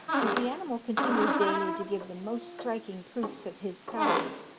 as the animal continues daily to give the most striking proofs of his powers,